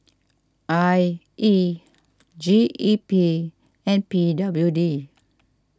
I E G E P and P W D